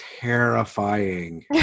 terrifying